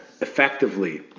effectively